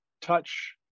touch